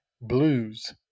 Blues